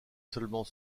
seulement